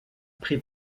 prit